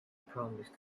promised